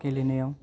गेलेनायाव